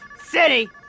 city